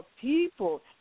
people